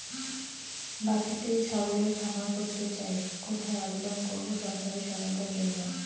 বাতিতেই ছাগলের খামার করতে চাই কোথায় আবেদন করব সরকারি সহায়তার জন্য?